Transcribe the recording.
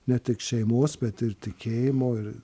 ne tik šeimos bet ir tikėjimo ir